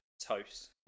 toast